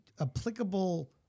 applicable